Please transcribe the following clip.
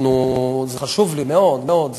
זה חשוב לי מאוד מאוד.